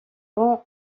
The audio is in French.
vend